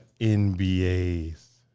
NBA's